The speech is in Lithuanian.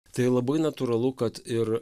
tai labai natūralu kad ir